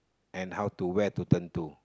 and how to where to turn to